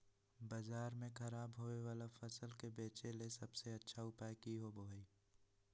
बाजार में खराब होबे वाला फसल के बेचे ला सबसे अच्छा उपाय की होबो हइ?